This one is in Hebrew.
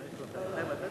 ההצעה